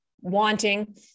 wanting